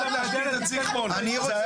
אני רוצה